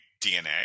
DNA